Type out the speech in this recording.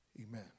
Amen